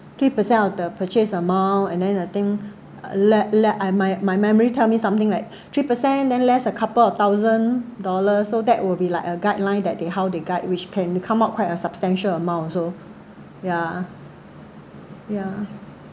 three percent of the purchase amount and then I think uh let let I my my memory tell me something like three percent and then there's a couple of thousand dollar so that will be like a guideline that they how they guide which came to come out quite a substantial amount also ya ya